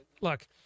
look